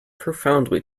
profoundly